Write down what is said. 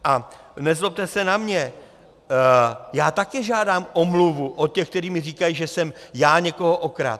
A nezlobte se na mě, já taky žádám omluvu od těch, kteří mi říkají, že jsem já někoho okradl.